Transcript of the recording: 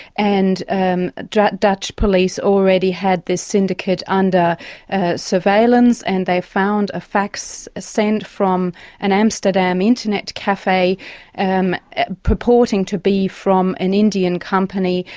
and um dutch police already had this syndicate under surveillance, and they found a fax sent from an amsterdam internet cafe and purporting to be from an indian company,